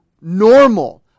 normal